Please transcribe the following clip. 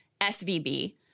SVB